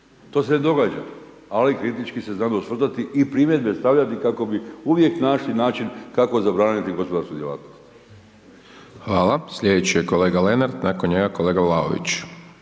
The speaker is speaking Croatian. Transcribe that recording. To se ne događa ali kritički se znamo osvrtati i primjedbe stavljati kako bi uvijek našli način kako zabraniti gospodarsku djelatnost. **Hajdaš Dončić, Siniša (SDP)** Hvala. Slijedeći je kolega Lenart, nakon njega kolega Vlaović.